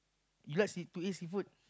you like to eat seafood